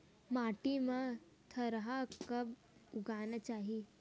माटी मा थरहा कब उगाना चाहिए?